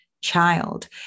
child